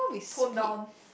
tone down